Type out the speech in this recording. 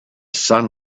sun